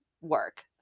work